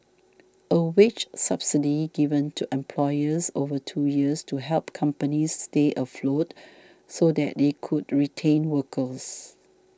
a wage subsidy given to employers over two years to help companies stay afloat so that they could retain workers